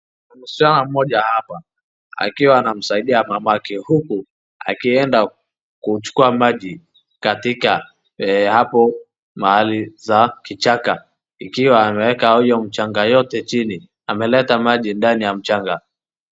Msichana mmoja hapa akiwa anamsaidia mamake huku akienda kuchukua maji katika hapo mahali za kichaka, ikiwa anaweka hiyo mchanga yote chini, ameleta maji ndani ya mchanga.